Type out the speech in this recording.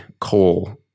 coal